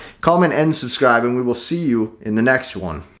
comment and subscribe and we will see you in the next one.